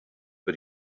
but